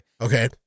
Okay